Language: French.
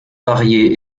varier